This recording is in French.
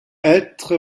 être